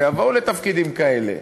ויבואו לתפקידים כאלה.